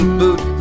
boot